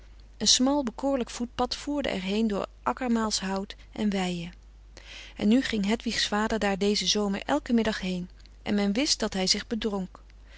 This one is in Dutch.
een smal bekoorlijk voetpad voerde er heen door akkermaalshout en weien en nu ging hedwigs vader daar dezen zomer elken middag heen en men wist dat hij zich bedronk